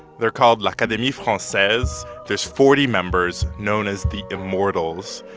they're called l'academie francaise. there's forty members known as the immortals.